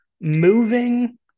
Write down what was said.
moving